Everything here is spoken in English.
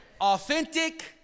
Authentic